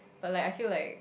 like like I feel like